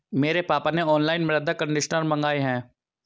मेरे पापा ने ऑनलाइन मृदा कंडीशनर मंगाए हैं